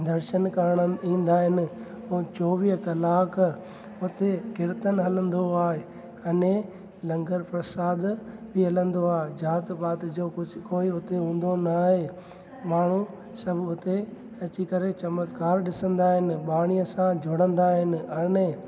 दर्शन करण ईंदा आहिनि ऐं चोवीह कलाक हुते किर्तन हलंदो आहे अने लंगर प्रसाद बि हलंदो आहे ज़ाति पाति जो कुझ कोई हुते हूंदो ना आहे माण्हू सभु हुते अची करे चम्तकरु ॾिसंदा आहिनि बाणीअ सां जुड़ंदा आहिनि